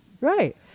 Right